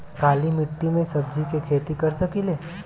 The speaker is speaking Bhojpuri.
काली मिट्टी में सब्जी के खेती कर सकिले?